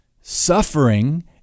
suffering